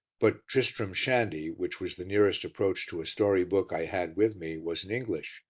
but tristram shandy, which was the nearest approach to a story-book i had with me, was in english,